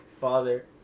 father